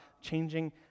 changing